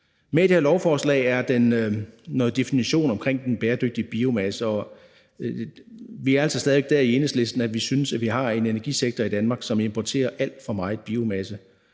Med i det her lovforslag er der noget definition vedrørende den bæredygtige biomasse, og vi er altså stadig væk der i Enhedslisten, hvor vi synes, vi har en energisektor i Danmark, som importerer alt for meget biomasse.